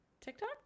TikTok